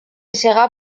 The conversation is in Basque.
sega